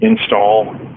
Install